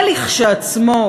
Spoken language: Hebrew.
זה כשלעצמו